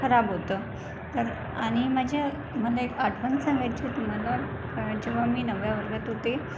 खराब होतं तर आणि माझ्या मला एक आठवण सांगायची आहे तुम्हाला का जेव्हा मी नवव्या वर्गात होते